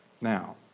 now